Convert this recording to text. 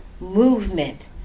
movement